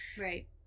Right